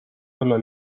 olla